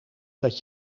dat